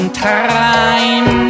time